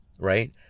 Right